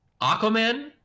Aquaman